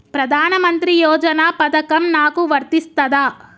ప్రధానమంత్రి యోజన పథకం నాకు వర్తిస్తదా?